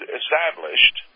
established